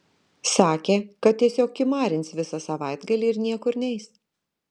sakė kad tiesiog kimarins visą savaitgalį ir niekur neis